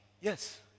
Yes